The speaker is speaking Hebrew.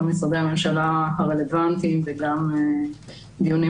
כל משרדי הממשלה הרלוונטיים וגם דיונים